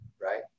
right